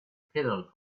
pedals